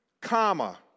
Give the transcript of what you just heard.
comma